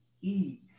ease